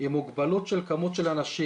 עם מוגבלות של כמות האנשים,